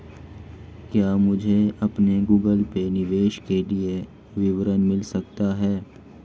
क्या मुझे अपने गूगल पे निवेश के लिए विवरण मिल सकता है?